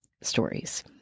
stories